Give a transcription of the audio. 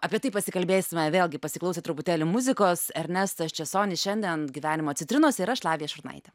apie tai pasikalbėsime vėlgi pasiklausę truputėlį muzikos ernestas česonis šiandien gyvenimo citrinose ir aš lavija šurnaitė